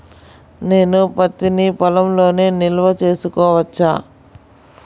నేను పత్తి నీ పొలంలోనే నిల్వ చేసుకోవచ్చా?